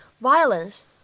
violence